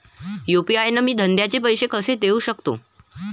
UPI न मी धंद्याचे पैसे कसे देऊ सकतो?